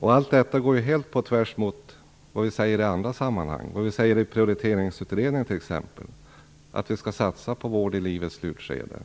Allt detta går ju helt på tvärs mot vad vi säger i andra sammanhang, t.ex. i Prioriteringsutredningen, att man skall satsa på vård i livets slutskede.